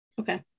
Okay